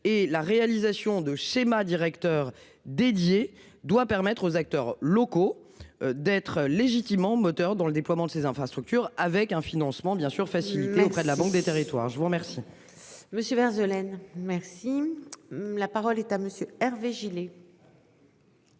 et la réalisation de schéma directeur dédié doit permettre aux acteurs locaux, d'être légitimement moteur dans le déploiement de ses infrastructures, avec un financement bien sûr faciliter auprès de la banque des territoires. Je vous remercie. Monsieur Woerth de laine merci. La parole est à monsieur Hervé Gillé.